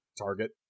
target